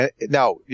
Now